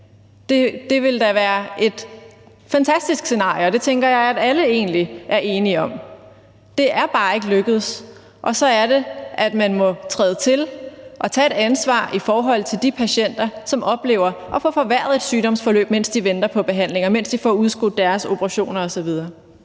Det ville da være et fantastisk scenarie, og det tænker jeg at alle egentlig er enige om. Det er bare ikke lykkedes, og så er det, at man må træde til og tage et ansvar i forhold til de patienter, som oplever at få forværret et sygdomsforløb, mens de venter på behandling, mens de får udskudt deres operation osv.